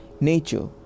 nature